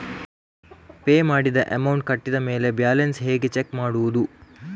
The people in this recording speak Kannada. ಪೇ ಮಾಡಿದ ಅಮೌಂಟ್ ಕಟ್ಟಿದ ಮೇಲೆ ಬ್ಯಾಲೆನ್ಸ್ ಹೇಗೆ ಚೆಕ್ ಮಾಡುವುದು?